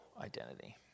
identity